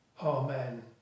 Amen